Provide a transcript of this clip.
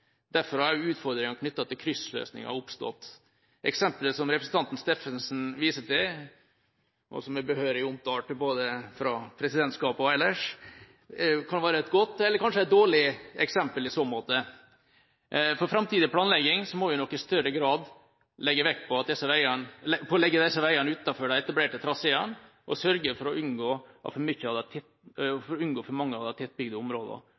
Derfor har utfordringene knyttet til kryssløsninger oppstått. Eksemplet som representanten Steffensen viser til, og som er behørig omtalt både fra presidentskapet og ellers, kan være et godt, eller kanskje dårlig, eksempel i så måte. For framtidig planlegging må vi nok i større grad legge vekt på å legge disse veiene utenfor de etablerte traseene, sørge for å unngå for mange av de tettbygde områdene og heller legge til rette for at det blir etablert gode avkjøringsmuligheter fra de nye traseene. Så jeg er litt i tvil om det